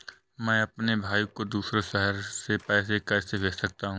मैं अपने भाई को दूसरे शहर से पैसे कैसे भेज सकता हूँ?